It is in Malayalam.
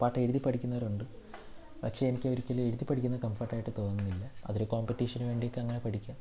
പാട്ട് എഴുതി പഠിക്കുന്നവരുണ്ട് പക്ഷേ എനിക്ക് ഒരിക്കലും എഴുതി പഠിക്കുന്നത് കംഫർട്ടായിട്ട് തോന്നിയില്ല അതൊരു കോമ്പറ്റീഷന് വേണ്ടിയൊക്കെ അങ്ങനെ പഠിക്കും